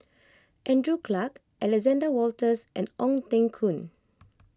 Andrew Clarke Alexander Wolters and Ong Teng Koon